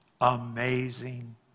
Amazing